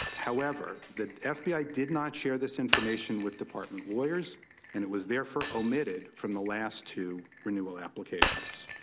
however, the f b i. did not share this information with department lawyers and it was therefore omitted from the last two renewal applications.